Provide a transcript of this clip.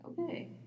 okay